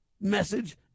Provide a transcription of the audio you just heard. message